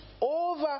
over